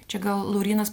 čia gal laurynas